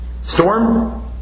Storm